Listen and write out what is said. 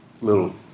little